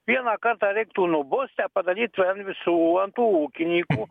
vieną kartą reiktų nubust ir padaryt ant visų ant tų ūkininkų